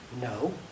No